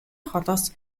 холоос